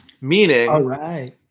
meaning